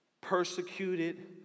persecuted